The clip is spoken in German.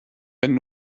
wenn